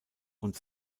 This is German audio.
und